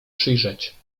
przyjrzeć